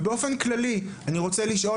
ובאופן כללי אני רוצה לשאול,